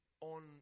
on